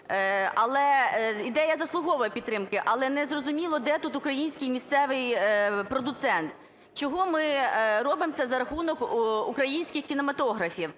Ідея заслуговує підтримки, але незрозуміло, де тут український місцевий продуцент. Чого ми робимо це за рахунок українських кінематографів?